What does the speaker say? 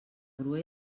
grua